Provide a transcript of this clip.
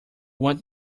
want